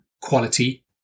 quality